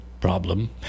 problem